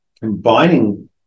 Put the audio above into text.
combining